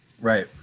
Right